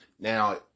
Now